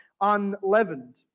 unleavened